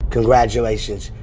Congratulations